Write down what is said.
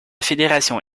fédération